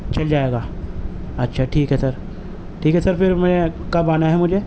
چل جائے گا اچھا ٹھیک ہے سر ٹھیک ہے سر پھر میں کب آنا ہے مجھے